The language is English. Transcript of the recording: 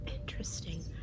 Interesting